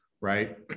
right